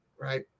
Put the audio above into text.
Right